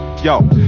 Yo